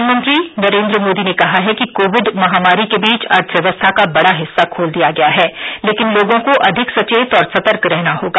प्रधानमंत्री नरेन्द्र मोदी ने कहा है कि कोविड महामारी के बीच अर्थव्यवस्था का बड़ा हिस्सा खोल दिया गया है लेकिन लोगों को अधिक सचेत और सतर्क रहना होगा